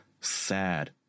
sad